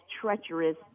treacherous